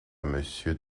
monsieur